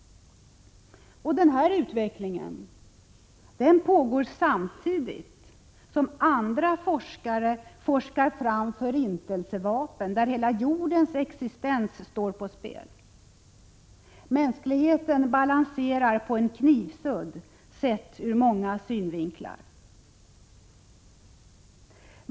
Denna utveckling pågår samtidigt som andra forskare forskar fram förintelsevapen, där hela jordens existens står på spel. Mänskligheten balanserar, sett ur många synvinklar, på en knivsudd.